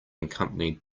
accompanied